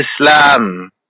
Islam